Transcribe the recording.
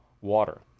water